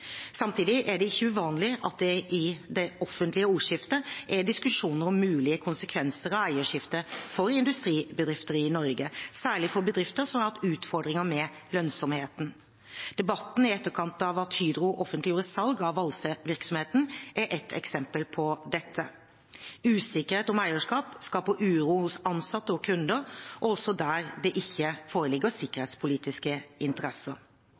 Samtidig er det ikke uvanlig at det i det offentlige ordskiftet er diskusjoner om mulige konsekvenser av eierskifte for industribedrifter i Norge, særlig for bedrifter som har hatt utfordringer med lønnsomheten. Debatten i etterkant av at Hydro offentliggjorde salg av valsevirksomheten, er et eksempel på dette. Usikkerhet om eierskap skaper uro hos ansatte og kunder, også der det ikke foreligger sikkerhetspolitiske interesser.